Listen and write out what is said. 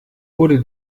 wurde